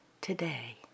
today